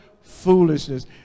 Foolishness